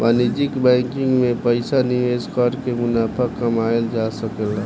वाणिज्यिक बैंकिंग में पइसा निवेश कर के मुनाफा कमायेल जा सकेला